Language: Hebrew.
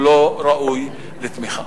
והוא לא ראוי לתמיכה.